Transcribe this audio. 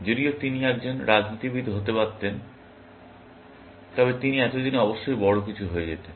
যদিও তিনি যদি একজন রাজনীতিবিদ হতে পারতেন তবে তিনি এতদিনে অবশ্যই বড় কিছু হয়ে যেতেন